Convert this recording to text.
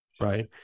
Right